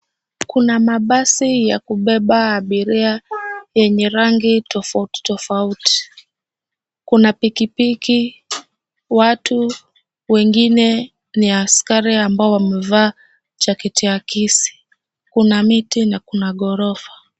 Kuna mabasi ya kubeba abiria yenye rangi tofautitofauti. Kuna pikipiki. Watu wengine ni askari ambao wamevaa jaketi akisi. Kuna miti na kuna ghorofa.